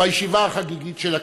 בישיבה החגיגית של הכנסת,